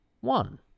one